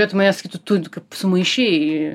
ė tu mane sakytų tu kaip sumaišei